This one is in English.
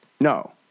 No